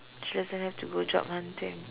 she doesn't have to go job hunting